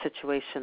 situation